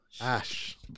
Ash